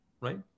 right